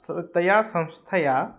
स् तया संस्थया